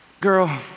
girl